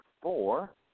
four